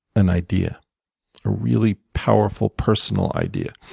an idea, a really powerful personal idea.